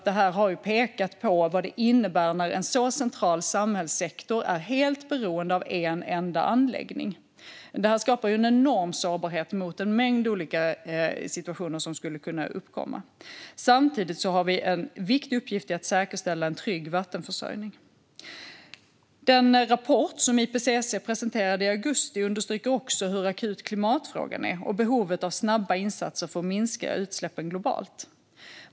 Det här har pekat på vad det innebär när en så central samhällssektor är helt beroende av en enda anläggning. Det skapar en enorm sårbarhet inför en mängd olika situationer som skulle kunna uppkomma. Samtidigt har vi en viktig uppgift i att säkerställa en trygg vattenförsörjning. Den rapport som IPCC presenterade i augusti understryker hur akut klimatfrågan är och behovet av snabba insatser för att minska utsläppen globalt.